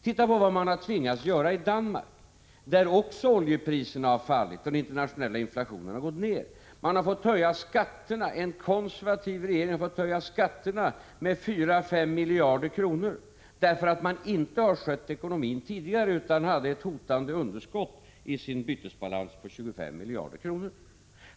Titta på vad man har tvingats göra i Danmark, där oljepriserna också har fallit och den internationella inflationen har gått ner. Man har fått höja skatterna. En konservativ regering har fått höja skatterna med 4—5 miljarder kronor, därför att man inte skött ekonomin tidigare utan hade ett hotande underskott på 25 miljarder kronor i sin bytesbalans.